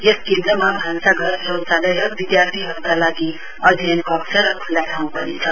यस केन्द्रमा भान्साघर शौचालय विद्यार्थीहरूका लागि अध्ययन कक्ष र ख्ल्ला ठाउँ पनि छ